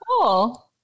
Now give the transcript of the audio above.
cool